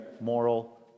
moral